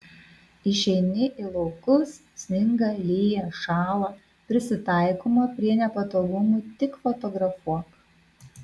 išeini į laukus sninga lyja šąla prisitaikoma prie nepatogumų tik fotografuok